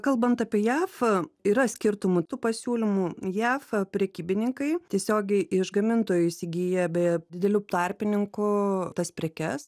kalbant apie jav yra skirtumų tų pasiūlymų jav prekybininkai tiesiogiai iš gamintojų įsigyja be didelio tarpininko tas prekes